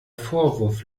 vorwurf